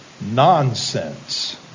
nonsense